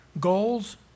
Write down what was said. goals